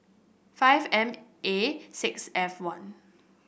five M A six F one